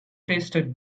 tasted